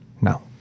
No